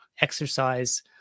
exercise